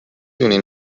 دونی